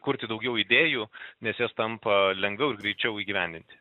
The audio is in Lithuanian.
kurti daugiau idėjų nes jos tampa lengviau ir greičiau įgyvendinti